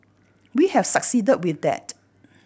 we have succeeded with that